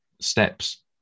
steps